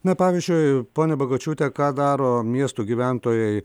na pavyzdžiui ponia bagočiūte ką daro miestų gyventojai